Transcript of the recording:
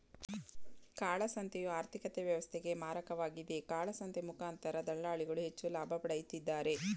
ಕಾಳಸಂತೆಯು ಆರ್ಥಿಕತೆ ವ್ಯವಸ್ಥೆಗೆ ಮಾರಕವಾಗಿದೆ, ಕಾಳಸಂತೆ ಮುಖಾಂತರ ದಳ್ಳಾಳಿಗಳು ಹೆಚ್ಚು ಲಾಭ ಪಡೆಯುತ್ತಿದ್ದಾರೆ